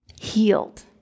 healed